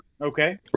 Okay